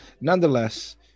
nonetheless